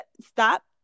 Stop